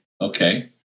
Okay